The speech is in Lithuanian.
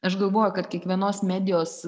aš galvoju kad kiekvienos medijos